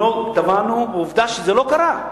אנחנו לא תבענו, ועובדה שזה לא קרה.